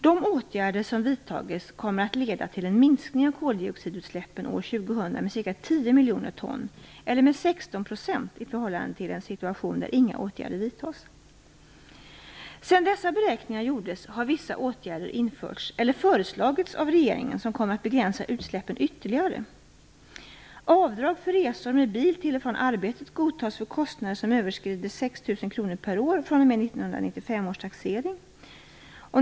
De åtgärder som vidtagits kommer att leda till en minskning av koldioxidutsläppen år 2000 med ca 10 miljoner ton, eller med 16 % i förhållande till en situation där inga åtgärder vidtas. Sedan dessa beräkningar gjordes har vissa åtgärder införts eller föreslagits av regeringen som kommer att begränsa utsläppen ytterligare. Avdrag för resor med bil till och från arbetet godtas för kostnader som överskrider 6 000 kr per år fr.o.m. 1995 års taxering.